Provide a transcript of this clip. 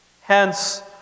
hence